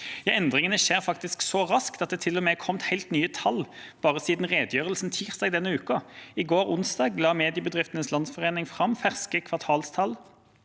endringene skjer faktisk så raskt at det til og med er kommet helt nye tall bare siden redegjørelsen tirsdag denne uken. I går, onsdag, la Mediebedriftenes Landsforening fram ferske kvartalstall